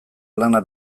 lana